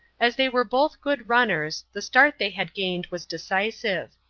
as they were both good runners, the start they had gained was decisive.